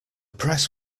press